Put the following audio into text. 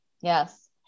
Yes